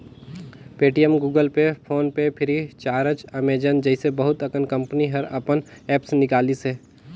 Paytm, Google Pay, PhonePe FreeCharge, Amazon जइसे बहुत अकन कंपनी हर अपन ऐप्स निकालिसे